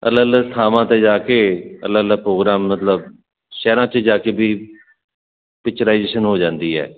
ਅਲੱਗ ਅਲਗ ਥਾਵਾਂ ਤੇ ਜਾ ਕੇ ਅਲੱਗ ਅਲੱਗ ਪ੍ਰੋਗਰਾਮ ਮਤਲਬ ਸ਼ਹਿਰਾਂ ਚ ਜਾ ਕੇ ਵੀ ਪਿਕਚਰਾਈਜੇਸ਼ਨ ਹੋ ਜਾਂਦੀ ਹੈ